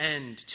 end